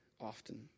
often